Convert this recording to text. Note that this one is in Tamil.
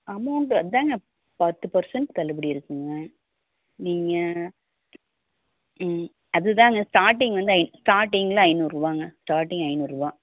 அமௌண்டு அதுதாங்க பத்து பர்சன்ட் தள்ளுபடி இருக்குதுங்க நீங்கள் அது தாங்க ஸ்டார்டிங் வந்து ஐ ஸ்டார்டிங்கில் ஐநூறு ரூபாங்க ஸ்டார்டிங் ஐநூறு ரூபா